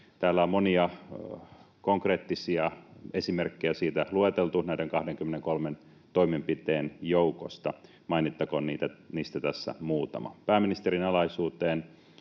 Täällä on monia konkreettisia esimerkkejä siitä lueteltu näiden 23 toimenpiteen joukosta. Mainittakoon niistä tässä muutama. Pääministerin alaisuuteen